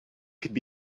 could